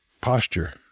posture